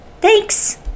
Thanks